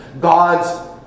God's